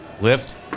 Lift